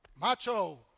macho